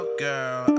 girl